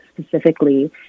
specifically